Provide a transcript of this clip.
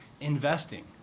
investing